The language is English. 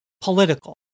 political